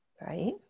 Right